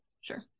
Sure